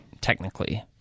technically